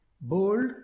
bold